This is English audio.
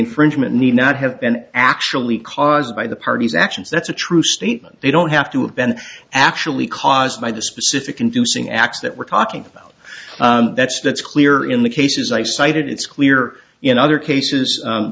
infringement need not have been actually caused by the parties actions that's a true statement they don't have to have been actually caused by the specific inducing acts that we're talking about that's that's clear in the cases i cited it's clear in other cases